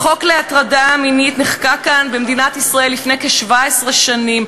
החוק למניעת הטרדה מינית נחקק כאן במדינת ישראל לפני כ-17 שנים,